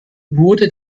wurde